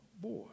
boy